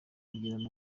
kugirana